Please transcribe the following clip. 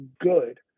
good